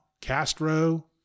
Castro